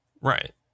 Right